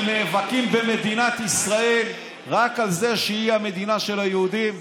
ונאבקים במדינת ישראל רק על זה שהיא המדינה של היהודים,